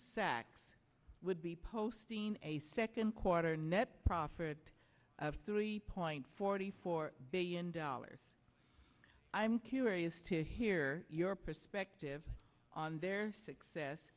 sachs would be posting a second quarter net profit of three point forty four billion dollars i'm curious to hear your perspective on their success